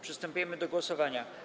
Przystępujemy do głosowania.